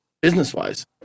business-wise